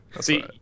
See